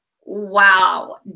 wow